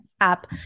App